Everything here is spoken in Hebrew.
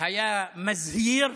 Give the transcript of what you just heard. היה מזהיר,